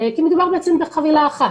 כי בעצם מדובר בחבילה אחת.